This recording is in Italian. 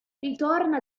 ritorna